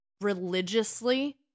religiously